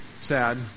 sad